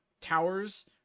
towers